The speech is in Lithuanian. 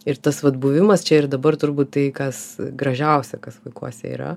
ir tas vat buvimas čia ir dabar turbūt tai kas gražiausia kas vaikuose yra